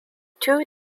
two